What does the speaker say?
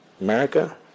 America